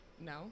no